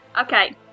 Okay